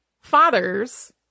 father's